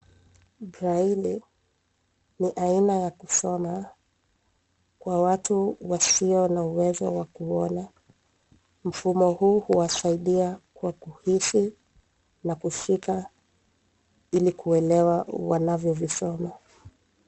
Braille ni aina ya kusoma kwa watu wasio na uwezo wa kuona. Mfumo huu huwasaidia kwa kuhisi na kushika ili kuelewa wanavyovisoma.